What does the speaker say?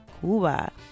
Cuba